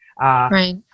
right